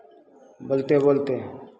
बोलिते बोलिते